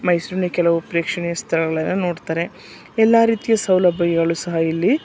ಮೈಸೂರಿನಲ್ಲಿ ಕೆಲವು ಪ್ರೇಕ್ಷಣೀಯ ಸ್ಥಳಗಳನ್ನು ನೋಡ್ತಾರೆ ಎಲ್ಲ ರೀತಿಯ ಸೌಲಭ್ಯಗಳು ಸಹ ಇಲ್ಲಿ